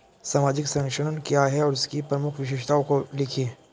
सामाजिक संरक्षण क्या है और इसकी प्रमुख विशेषताओं को लिखिए?